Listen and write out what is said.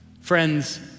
Friends